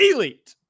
Elite